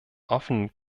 offenen